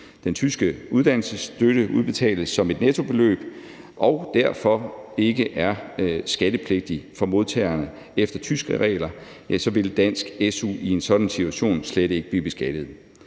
Den tyske uddannelsesstøtte udbetales som et nettobeløb, og derfor er det ikke skattepligtigt for modtagerne. Efter tyske regler vil dansk su i en sådan situation slet ikke blive beskattet.